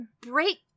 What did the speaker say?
break